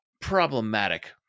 problematic